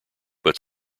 but